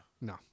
No